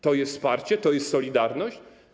To jest wsparcie, to jest solidarność?